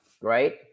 Right